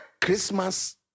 Christmas